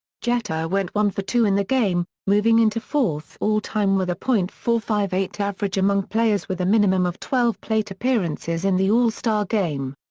jeter went one for two in the game, moving into fourth all-time with a point four five eight average among players with a minimum of twelve plate appearances in the all-star game.